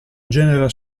genera